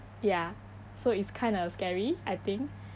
ya so it's kinda scary I think